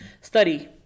study